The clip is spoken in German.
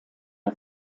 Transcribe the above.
der